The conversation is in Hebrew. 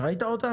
כן.